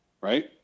right